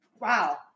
wow